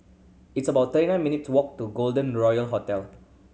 it's about thirty nine minute to walk to Golden Royal Hotel